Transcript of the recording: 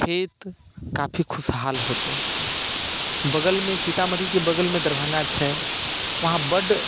खेत काफी खुशहाल हौते बगलमे सीतामढ़ीके बगलमे दरभंगा छै वहाँ बड्ड